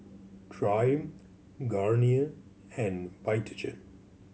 Triumph Garnier and Vitagen